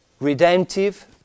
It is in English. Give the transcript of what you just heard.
redemptive